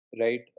Right